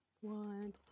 one